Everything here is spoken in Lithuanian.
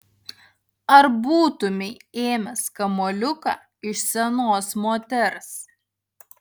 ar būtumei ėmęs kamuoliuką iš senos moters